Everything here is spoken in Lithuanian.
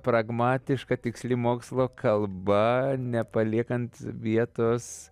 pragmatiška tiksli mokslo kalba nepaliekant vietos